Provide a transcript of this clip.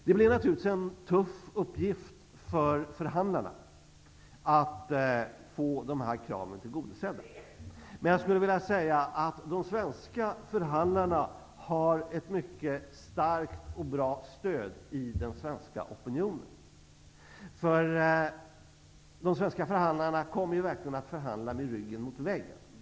Det blir naturligtvis en tuff uppgift för förhandlarna att få de här kraven tillgodosedda, men jag skulle vilja säga att de svenska förhandlarna har ett mycket starkt och bra stöd i den svenska opinionen. De svenska förhandlarna kommer verkligen att förhandla med ryggen mot väggen.